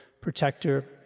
protector